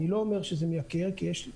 אני לא אומר שזה מייקר כי אם זה